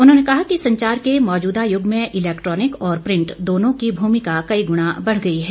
उन्होंने कहा कि संचार के मौजूदा यूग में इलैक्ट्रॉनिक और प्रिंट दोनों की भूमिका कई गुणा बढ़ गई है